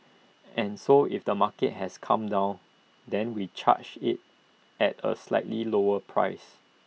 and so if the market has come down then we charge IT at A slightly lower price